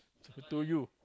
to you